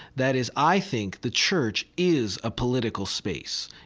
that is, i think, the church is a political space.